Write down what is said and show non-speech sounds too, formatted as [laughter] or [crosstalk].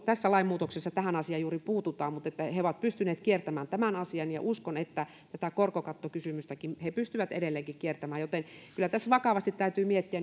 [unintelligible] tässä lainmuutoksessa tähän asiaan juuri puututaan mutta he he ovat pystyneet kiertämään tämän asian uskon että tätä korkokattokysymystäkin he pystyvät edelleenkin kiertämään joten kyllä tässä vakavasti täytyy miettiä [unintelligible]